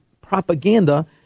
propaganda